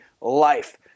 life